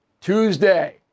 Tuesday